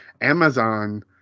Amazon